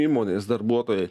įmonės darbuotojai